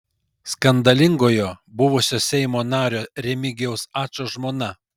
skandalingojo buvusio seimo nario remigijaus ačo žmona